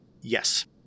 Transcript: Yes